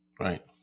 Right